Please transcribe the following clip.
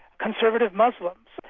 conservative muslims,